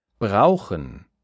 brauchen